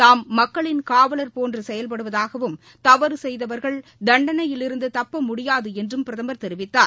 தாம் மக்களின் காவலர் போன்று செயல்படுவதாகவும் தவறு செய்தவர்கள் தண்டனையிலிருந்து தப்ப முடியாது என்றும் பிரதமர் தெரிவித்தார்